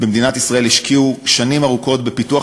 במדינת ישראל השקיעו שנים ארוכות בפיתוח